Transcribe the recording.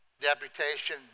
Deputation